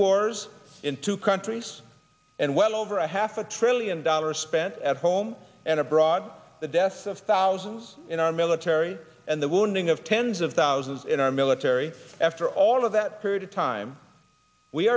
in two countries and well over a half a trillion dollars spent at home and abroad the deaths of thousands in our military and the wounding of tens of thousands in our military after all of that period of time we